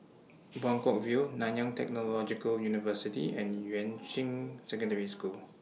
Buangkok View Nanyang Technological University and Yuan Ching Secondary School